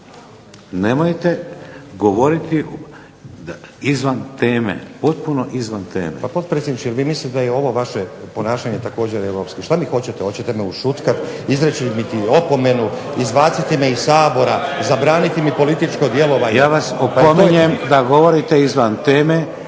Nemojte govoriti izvan teme, potpuno izvan teme. **Stazić, Nenad (SDP)** Pa potpredsjedniče, jel' vi mislite da je ovo vaše ponašanje također europsko? Šta mi hoćete? Hoćete me ušutkati, izreći mi opomenu, izbaciti me iz Sabora, zabraniti mi političko djelovanje. **Šeks, Vladimir (HDZ)** Ja vas opominjem da govorite izvan teme.